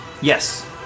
Yes